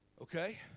Okay